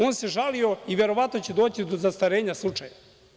On se žalio i verovatno će doći do zastarenja slučaja.